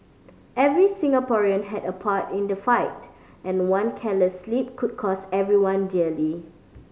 every Singaporean had a part in the fight and one careless slip could cost everyone dearly